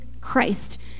Christ